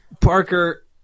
Parker